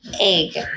egg